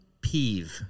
peeve